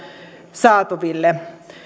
saataville